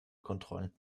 kontrollen